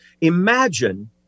Imagine